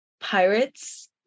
Pirates